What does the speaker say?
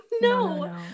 no